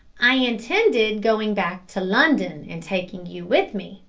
i intended going back to london and taking you with me,